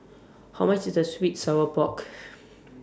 How much IS The Sweet Sour Pork